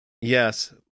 yes